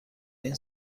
این